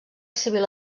civil